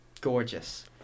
gorgeous